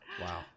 Wow